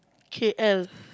K_L